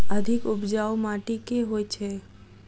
अधिक उपजाउ माटि केँ होइ छै?